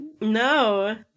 No